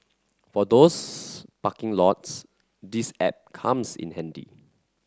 for those parking lots this app comes in handy